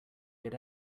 get